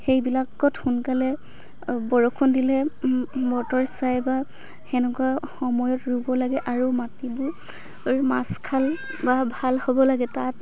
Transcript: সেইবিলাকত সোনকালে বৰষুণ দিলে বতৰ চাই বা তেনেকুৱা সময়ত ৰুব লাগে আৰু মাটিবোৰ মাজ খাল বা ভাল হ'ব লাগে তাত